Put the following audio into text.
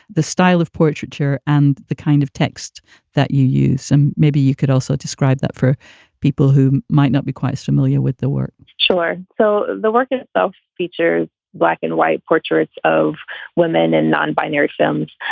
the style of portraiture and the kind of text that you use? and maybe you could also describe that for people who might not be quite familiar with the work? sure. so the work itself feature black and white portraits of women and non-binary films.